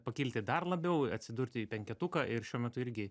pakilti dar labiau atsidurti į penketuką ir šiuo metu irgi